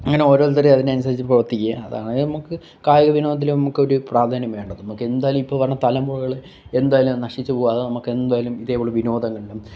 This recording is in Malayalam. അങ്ങനെ ഓരോരുത്തർ അതിനനുസരിച്ച് പ്രവര്ത്തിക്കുക അതാണ് നമുക്ക് കായിക വിനോദത്തിൽ നമുക്കൊരു പ്രാധാന്യം വേണ്ടത് നമുക്കെന്തായാലും ഇപ്പോൾ വരണ തലമുറകൾ എന്തായാലും നശിച്ചു പോവാതെ നമുക്ക് എന്തായാലും ഇതേ ഉള്ളൂ വിനോദങ്ങളിലും